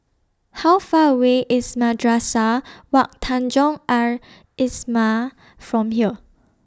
How Far away IS Madrasah Wak Tanjong Al Islamiah from here